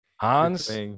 Hans